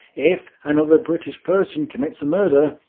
if another british person commits a murder,